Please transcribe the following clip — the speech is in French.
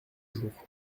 jours